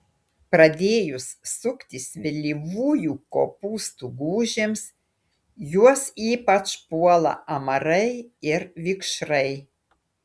pradėjus suktis vėlyvųjų kopūstų gūžėms juos ypač puola amarai ir vikšrai